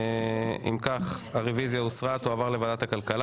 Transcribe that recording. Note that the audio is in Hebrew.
אם כך, הרוויזיה הוסרה, תועבר לוועדת הכלכלה.